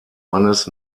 mannes